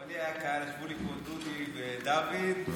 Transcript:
אבל לי היה קהל כמו דוד ביטן ודוד אמסלם,